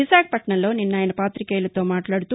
విశాఖపట్టణంలో నిన్న ఆయన పాతికేయులతో మాట్లాడుతూ